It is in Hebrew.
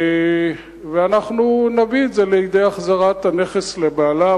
ואנחנו נביא את זה לידי החזרת הנכס לבעליו.